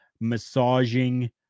massaging